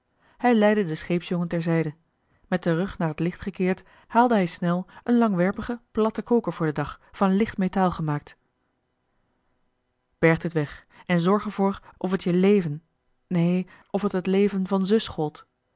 hij leidde den scheepsjongen ter zijde met den rug naar het licht gekeerd haalde hij snel een langwerpigen platten koker voor den dag van licht metaal gemaakt berg dit weg en zorg er voor of t je leven neen of het t leven van zus gold